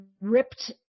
ripped